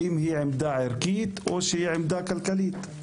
האם היא עמדה ערכית או שהיא עמדה כלכלית?